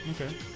Okay